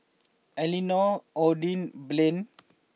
Elenora Odie Blaine